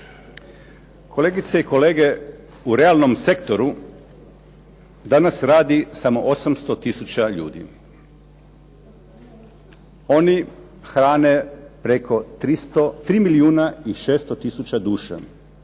Kolegice i kolege, u realnom sektoru danas radi samo 800 tisuća ljudi. Oni hrane preko 3 milijuna i 600 tisuća duša,